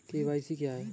KYC क्या है?